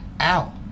ow